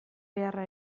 beharra